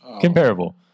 comparable